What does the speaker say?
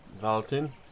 Valentin